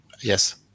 Yes